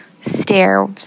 stairs